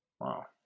Wow